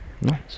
nice